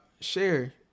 share